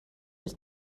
was